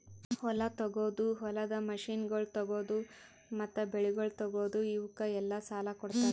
ಹೊಲ ತೊಗೋದು, ಹೊಲದ ಮಷೀನಗೊಳ್ ತೊಗೋದು, ಮತ್ತ ಬೆಳಿಗೊಳ್ ತೊಗೋದು, ಇವುಕ್ ಎಲ್ಲಾ ಸಾಲ ಕೊಡ್ತುದ್